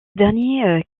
derniers